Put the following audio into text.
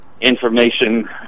information